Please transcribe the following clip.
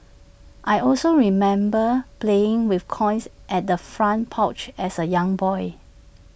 I also remember playing with coins at the front porch as A young boy